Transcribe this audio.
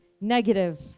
negative